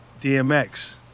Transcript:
DMX